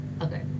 Okay